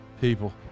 people